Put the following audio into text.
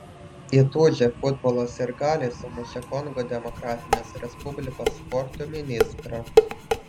įtūžę futbolo sirgaliai sumušė kongo demokratinės respublikos sporto ministrą